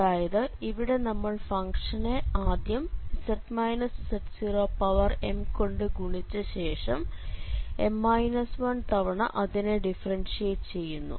അതായത് ഇവിടെ നമ്മൾ ഫംഗ്ഷനെ ആദ്യം z z0mകൊണ്ട് ഗുണിച്ച് ശേഷം m 1 തവണ അതിനെ ഡിഫറൻഷ്യേറ്റ് ചെയ്യുന്നു